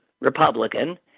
Republican